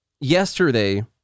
yesterday